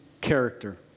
character